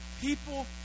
People